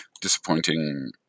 disappointing